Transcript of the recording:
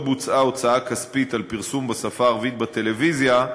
לא בוצעה הוצאה כספית על פרסום בשפה הערבית בטלוויזיה,